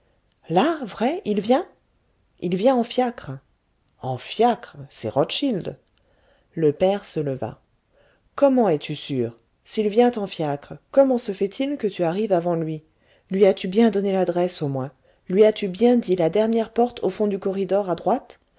là vrai il vient il vient en fiacre en fiacre c'est rothschild le père se leva comment es-tu sûre s'il vient en fiacre comment se fait-il que tu arrives avant lui lui as-tu bien donné l'adresse au moins lui as-tu bien dit la dernière porte au fond du corridor à droite